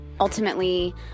Ultimately